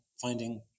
finding